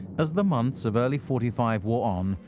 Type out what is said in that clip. as the months of early forty five wore on,